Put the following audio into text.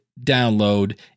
download